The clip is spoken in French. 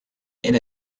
elle